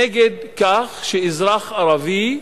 נגד כך שאזרח ערבי,